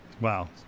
Wow